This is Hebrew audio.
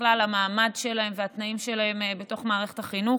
ובכלל המעמד שלהם והתנאים שלהם בתוך מערכת החינוך.